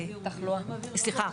סליחה,